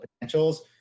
potentials